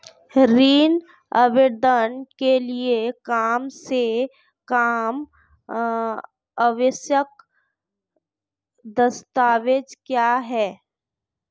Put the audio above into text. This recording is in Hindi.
ऋण आवेदन के लिए कम से कम आवश्यक दस्तावेज़ क्या हैं?